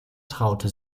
traute